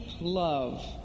love